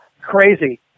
crazy